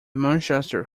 manchester